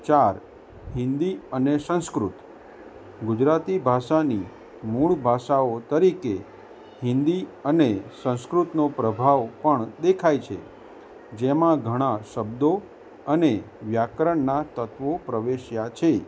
ચાર હિન્દી અને સંસ્કૃત ગુજરાતી ભાષાની મૂળ ભાષાઓ તરીકે હિન્દી અને સંસ્કૃતનો પ્રભાવ પણ દેખાય છે જેમાં ઘણા શબ્દો અને વ્યાકરણનાં તત્ત્વો પ્રવેશ્યાં છે